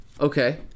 Okay